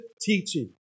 teaching